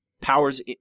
Powers